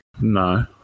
No